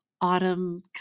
autumn